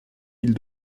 mille